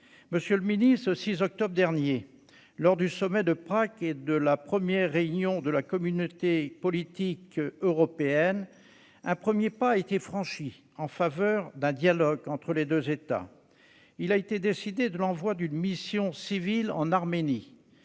Monsieur le ministre, le 6 octobre dernier, lors du sommet de Prague et de la première réunion de la Communauté politique européenne, un premier pas a été franchi en faveur d'un dialogue entre les deux États. A été décidé l'envoi d'une mission civile en Arménie,